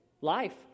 life